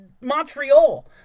Montreal